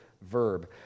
verb